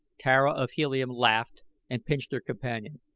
tara of helium laughed and pinched her companion.